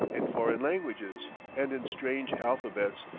in foreign languages and in strange alphabets,